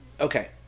Okay